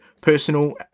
personal